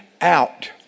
out